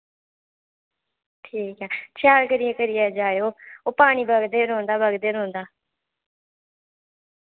ठीक ऐ शैल करियै करियै जायो ओह् पानी बगदे रोह्नदा बगदे रोह्नदा